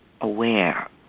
aware